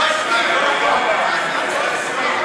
מסכים, מסכים.